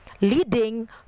leading